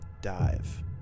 Dive